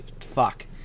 fuck